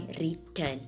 return